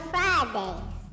Fridays